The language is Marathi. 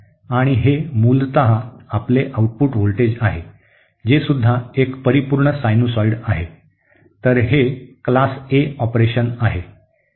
आणि हे मूलतः आपले आउटपुट व्होल्टेज आहे जेसुद्धा एक परिपूर्ण सायनुसॉइड आहे तर हे वर्ग ए ऑपरेशन आहे